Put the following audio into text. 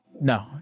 No